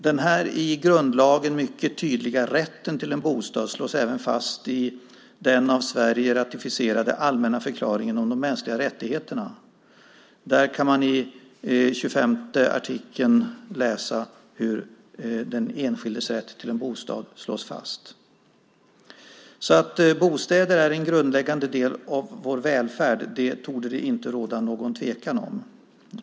Den i grundlagen mycket tydliga rätten till en bostad slås även fast i den av Sverige ratificerade allmänna förklaringen om de mänskliga rättigheterna. Där kan man i artikel 25 läsa hur den enskildes rätt till en bostad slås fast. Så bostäder är en grundläggande del av vår välfärd. Det torde det inte råda någon tvekan om.